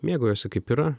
mėgaujuosi kaip yra